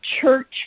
church